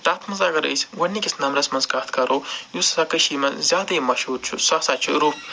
تتھ منٛز اگر أسۍ گۄڈٕنِکِس نَمبرَس منٛز کَتھ کَرو یُس ہَسا کٔشیٖرِ منٛز زیادَے مشہوٗر چھُ سُہ ہسا چھُ روٚف